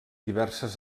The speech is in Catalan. diverses